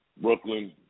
Brooklyn